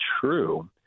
true